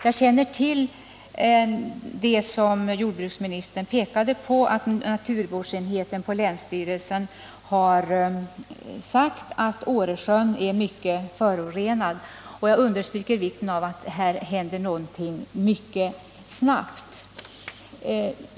Jag känner till det som jordbruksministern pekade på, nämligen att naturvårdsenheten på länsstyrelsen har sagt att Åresjön är mycket förorenad, och jag understryker vikten av att här händer något mycket snabbt.